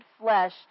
flesh